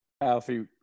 Alfie